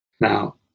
Now